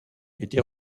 était